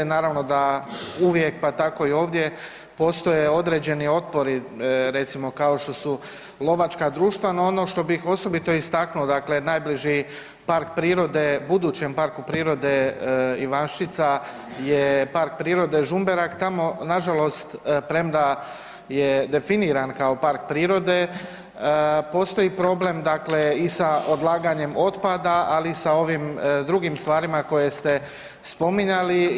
Naravno da uvijek pa tako i ovdje postoje određeni otpori recimo kao što su lovačka društva, no ono što bih osobito istaknuo, dakle najbliži park prirode, budućem parku prirode Ivanščica je Park prirode Žumberak tamo nažalost prema je definiran kao park prirode postoji problem dakle i sa odlaganjem otpada, ali i sa ovim drugim stvarima koje ste spominjali.